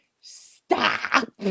Stop